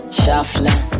shuffling